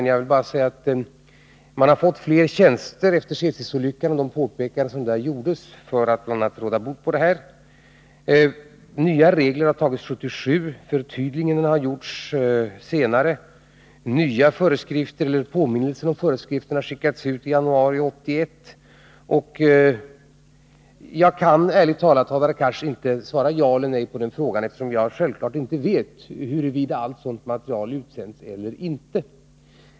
Jag vill bara säga att man har fått flera tjänster efter Tsesisolyckan och de påpekanden som då gjordes för att råda bot på bristfälligheterna. Nya regler har tagits 1977. Förtydliganden har gjorts senare. Nya föreskrifter eller påminnelser om föreskrifterna har skickats ut i januari 1981. Jag kan ärligt talat, Hadar Cars, inte svara ja eller nej på frågan, eftersom jag självfallet inte vet huruvida allt sådant material sänds ut eller inte.